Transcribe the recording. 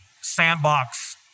sandbox